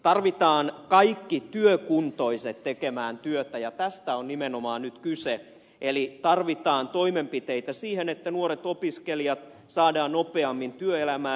tarvitaan kaikki työkuntoiset tekemään työtä ja tästä on nimenomaan nyt kyse eli tarvitaan toimenpiteitä siihen että nuoret opiskelijat saadaan nopeammin työelämään